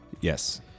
Yes